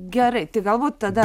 gerai tai gal būt tada